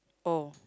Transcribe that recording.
oh